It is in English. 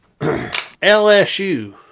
LSU